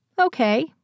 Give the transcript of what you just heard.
okay